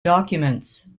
documents